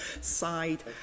side